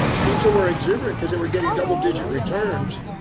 people were exuberant cause they were getting double digit returns.